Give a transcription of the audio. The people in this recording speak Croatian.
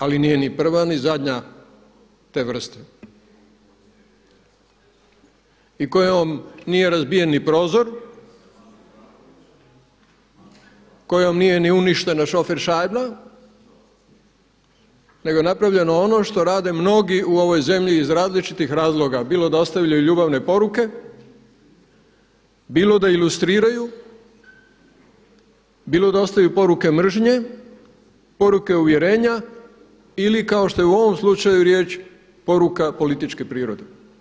Ali nije ni prva ni zadnja te vrste i kojom nije razbijen ni prozor kojom nije ni uništena šofer šajba nego napravljeno ono što rade mnogi u ovoj zemlji iz različitih razloga bilo da ostavljaju ljubavne poruke, bilo da ilustriraju, bilo da ostavljaju poruke mržnje, poruke uvjerenja ili kao što je u ovom slučaju riječ poruka političke prirode.